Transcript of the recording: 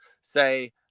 say